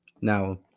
Now